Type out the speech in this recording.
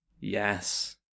Yes